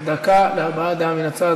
דקה להבעת דעה מן הצד.